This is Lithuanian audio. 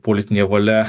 politinė valia